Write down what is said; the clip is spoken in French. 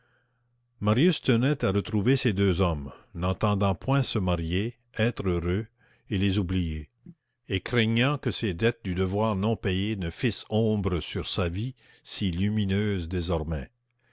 marius tenait à retrouver ces deux hommes n'entendant point se marier être heureux et les oublier et craignant que ces dettes du devoir non payées ne fissent ombre sur sa vie si lumineuse désormais